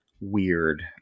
weird